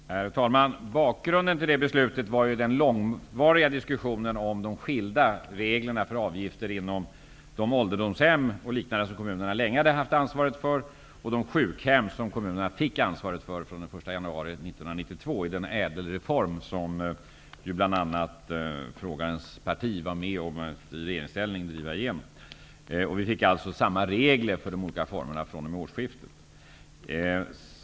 Herr talman! Bakgrunden till detta beslut var ju den långdragna diskussionen om de skilda reglerna för avgifter inom de ålderdomshem som kommunerna länge hade haft ansvaret för och inom de sjukhem som kommunerna fick ansvaret för den frågeställarens parti i regeringsställning var med om att driva igenom. Reglerna för de olika vårdformerna blev alltså desamma fr.o.m.